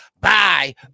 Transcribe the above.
Bye